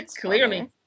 Clearly